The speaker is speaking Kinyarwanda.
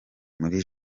muri